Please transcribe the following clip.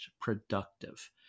productive